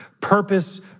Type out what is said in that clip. purpose